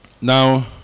Now